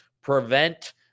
prevent